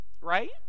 Right